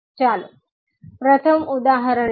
ચાલો પ્રથમ ઉદાહરણ લઈએ